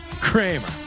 Kramer